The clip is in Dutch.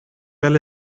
wel